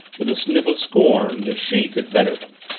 with a sniff of scorn, that she could better them.